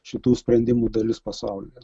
šitų sprendimų dalis pasaulyje